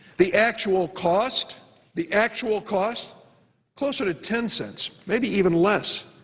the actual cost the actual cost closer to ten cents. maybe even less.